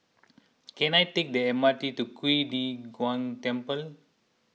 can I take the M R T to Qing De Gong Temple